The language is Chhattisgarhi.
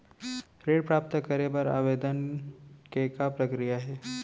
ऋण प्राप्त करे बर आवेदन के का प्रक्रिया हे?